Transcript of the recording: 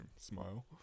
smile